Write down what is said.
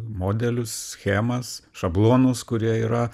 modelius schemas šablonus kurie yra